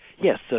Yes